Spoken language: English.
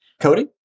Cody